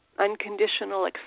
Unconditional